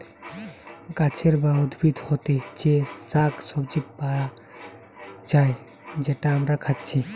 গাছের বা উদ্ভিদ হোতে যে শাক সবজি পায়া যায় যেটা আমরা খাচ্ছি